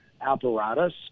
apparatus